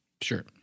Sure